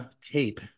tape